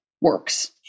works